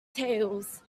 tales